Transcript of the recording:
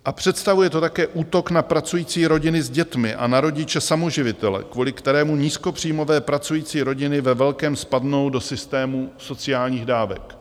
A představuje to také útok na pracující rodiny s dětmi a na rodiče samoživitele, kvůli kterému nízkopříjmové pracující rodiny ve velkém spadnou do systému sociálních dávek.